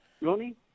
Ronnie